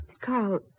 Carl